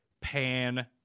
Pan